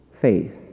Faith